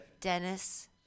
Dennis